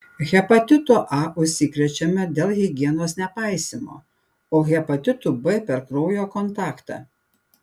hepatitu a užsikrečiama dėl higienos nepaisymo o hepatitu b per kraujo kontaktą